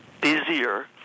busier